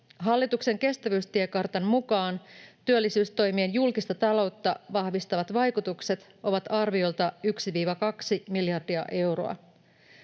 Hallituksen kestävyystiekartan mukaan työllisyystoimien julkista taloutta vahvistavat vaikutukset ovat arviolta 1—2 miljardia euroa.